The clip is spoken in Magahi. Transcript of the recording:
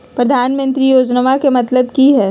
प्रधानमंत्री योजनामा के मतलब कि हय?